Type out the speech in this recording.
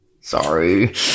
Sorry